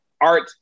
art